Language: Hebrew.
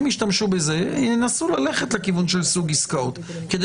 אם ישתמשו בזה ינסו ללכת לכיוון של סוג עסקאות כדי